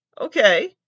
Okay